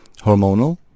hormonal